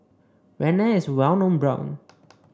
Rene is a well known brand